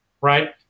right